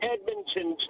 Edmonton